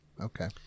Okay